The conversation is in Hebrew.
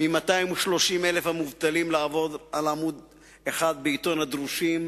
מ-230,000 המובטלים לעבור על עמוד אחד בעיתון הדרושים